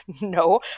No